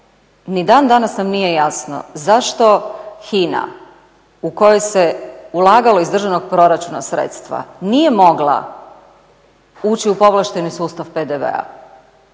ni dan danas nam nije jasno zašto HINA u koju se ulagalo iz državnog proračuna sredstva nije mogla ući u povlašteni sustav PDV-a